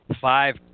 five